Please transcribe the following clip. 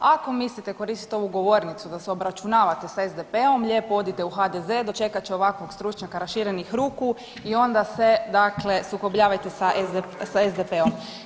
Ako mislite koristiti ovu govornicu da se obračunavate s SDP-om lijepo odite u HDZ dočekat će ovakvog stručnjaka raširenih ruku i onda se dakle sukobljavajte sa SDP-om.